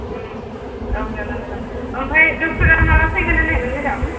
औ जागोन मेडाम ओमफाय ड'क्टर माब्ला फैगोन होननायमोन मेडाम